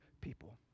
people